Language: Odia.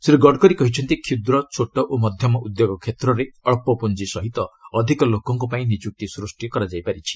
ଶ୍ରୀ ଗଡ଼କରୀ କହିଛନ୍ତି କୁଦ୍ର ଛୋଟ ଓ ମଧ୍ୟମ ଉଦ୍ୟୋଗ କ୍ଷେତ୍ରରେ ଅଳ୍ପ ପୁଞ୍ଜ ସହ ଅଧିକ ଲୋକଙ୍କ ପାଇଁ ନିଯୁକ୍ତି ସୃଷ୍ଟି କରାଯାଇପାରିଛି